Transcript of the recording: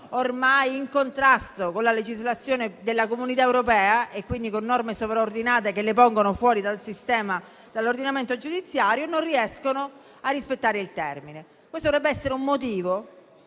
ormai in contrasto con la legislazione dell'Unione europea, dunque con norme sovraordinate che le pongono fuori dall'ordinamento), non riesce a rispettare il termine. Questo dovrebbe essere un motivo